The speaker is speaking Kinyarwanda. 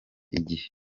igihe